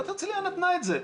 עירית הרצליה נתנה את זה.